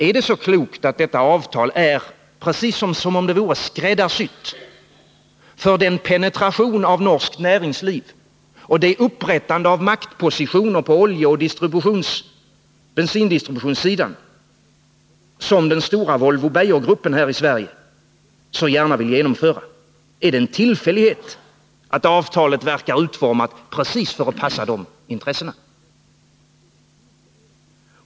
Är det så klokt att detta avtal är formulerat precis som om det vore skräddarsytt för den penetration av norskt näringsliv och det upprättande av maktpositioner på oljeoch bensindistributionssidan som den stora Volvo Beijerinvestgruppen här i Sverige så gärna vill genomföra? Är det en tillfällighet att avtalet verkar utformat precis för att passa de intressena?